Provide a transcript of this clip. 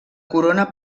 corona